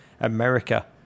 America